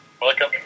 Welcome